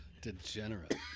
degenerate